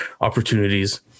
opportunities